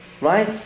right